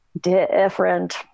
different